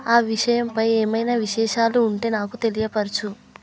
ఆ విషయంపై ఏమైనా విశేషాలు ఉంటే నాకు తెలియపరచు